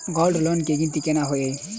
Gold loan केँ गिनती केना होइ हय?